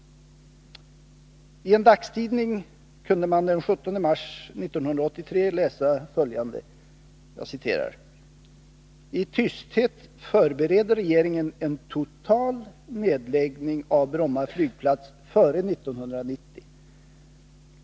I en dagstidning kunde man den 17 mars 1983 läsa följande: ”I tysthet förbereder regeringen en total nedläggning av Bromma flygplats före 1990.